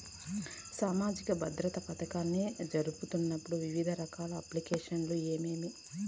సామాజిక భద్రత పథకాన్ని జరుపుతున్న వివిధ రకాల అప్లికేషన్లు ఏమేమి?